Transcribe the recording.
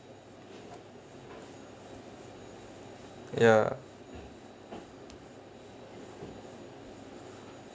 ya